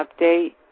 update